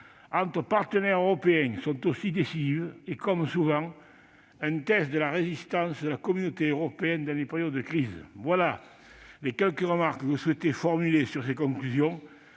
entre partenaires européens sont décisives ; comme souvent, elles sont un test de la résistance de la communauté européenne en période de crise. Voilà les quelques remarques que je souhaitais formuler sur ces conclusions